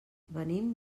venim